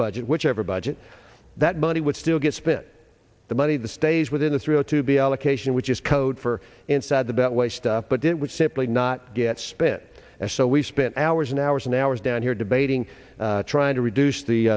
budget whichever budget that money would still get spent the money the stays within the three zero to be allocation which is code for inside the beltway stuff but it would simply not get spent and so we spent hours and hours and hours down here debating trying to reduce the